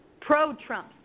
pro-Trump